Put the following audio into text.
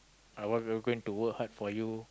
I what going to work hard for you